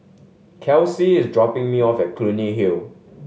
Kelsey is dropping me off at Clunny Hill